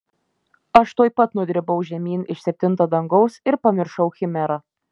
aš tuoj pat nudribau žemyn iš septinto dangaus ir pamiršau chimerą